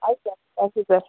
ಆಯಿತು sir okay sir